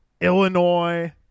Illinois